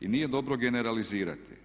I nije dobro generalizirati.